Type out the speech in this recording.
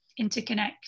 interconnect